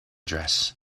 dress